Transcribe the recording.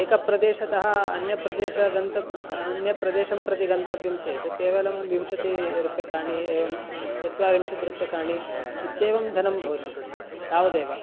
एक प्रदेशतः अन्यप्रदेशं गन्तव्यम् अन्यप्रदेशं प्रति गन्तव्यं चेत् केवलं विंशतिरूप्यकाणि एवं चत्वारिंशत् रूप्यकाणि इत्येवं धनं भवति तावदेव